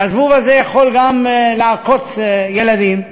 והזבוב הזה יכול גם לעקוץ ילדים,